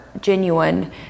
genuine